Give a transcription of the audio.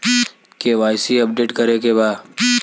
KYC update करे के बा?